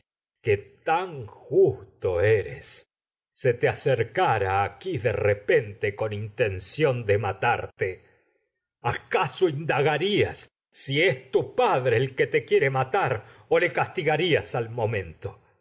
que tan justo eres se te acercara aqui de con intención de matarte que acaso indagarías si tu padre el yo te en quiere matar que o le castigarías al tienes amor a momento